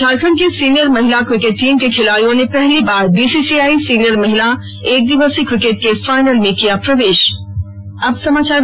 झारखंड की सीनियर महिला cricket team की खिलाड़ियों ने पहली बार बीसीसीआई सीनियर महिला एक दिवसीय क्रिकेट के फाइनल में प्रवेश किया